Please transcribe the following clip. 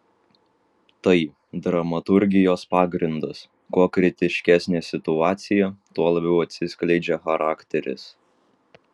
tai dramaturgijos pagrindas kuo kritiškesnė situacija tuo labiau atsiskleidžia charakteris